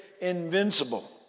invincible